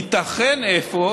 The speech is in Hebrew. ייתכן אפוא,